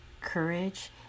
courage